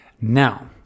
Now